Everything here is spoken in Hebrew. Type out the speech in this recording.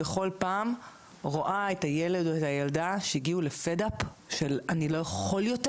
בכל פעם רואה את הילד או את הילדה שהגיעו ל-fed up של אני לא יכול יותר"